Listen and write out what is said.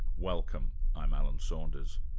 welcome, i'm alan saunders.